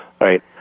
right